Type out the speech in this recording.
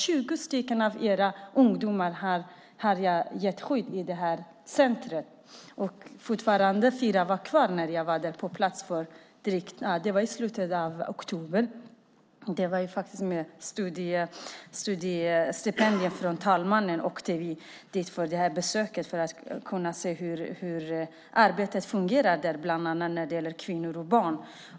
Jag har gett skydd till 20 av era ungdomar i det här centret. Fyra var fortfarande kvar när jag var där i slutet av oktober. Vi åkte dit med ett studiestipendium från talmannen för det här besöket. Vi ville se hur arbetet där fungerar, bland annat när det gäller kvinnor och barn.